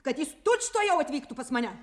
kad jis tučtuojau atvyktų pas mane